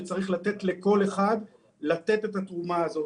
וצריך לתת לכל אחד לתת את התרומה הזאת.